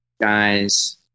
guys